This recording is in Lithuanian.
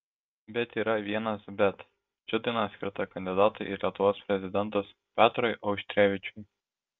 bet yra vienas bet ši daina skirta kandidatui į lietuvos prezidentus petrui auštrevičiui